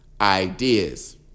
ideas